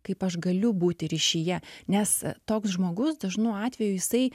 kaip aš galiu būti ryšyje nes toks žmogus dažnu atveju jisai